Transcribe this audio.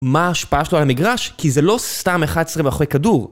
מה ההשפעה שלו על המגרש? כי זה לא סתם 11 מאחורי כדור.